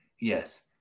yes